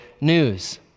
news